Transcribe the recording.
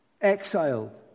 exiled